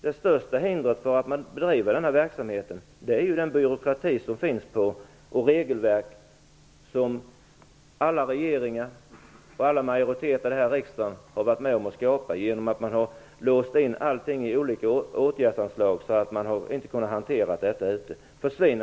Det största hindret för att bedriva den här verksamheten är ju den byråkrati och det regelverk som alla regeringar och alla majoriteter här i riksdagen har varit med om att skapa genom att låsa in allting i olika åtgärdsanslag. Man har inte kunnat hantera detta ute i kommunerna.